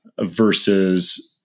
versus